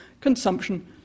consumption